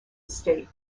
estate